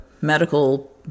medical